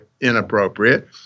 inappropriate